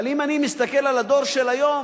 אבל אם אני מסתכל על הדור של היום,